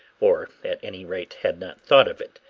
or, at any rate, had not thought of it.